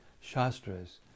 Shastras